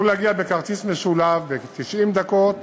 יוכלו להגיע בכרטיס משולב במשך 90 דקות,